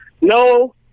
No